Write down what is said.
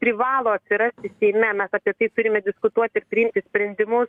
privalo atsirasti seime mes apie tai turime diskutuoti ir priimti sprendimu